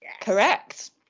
Correct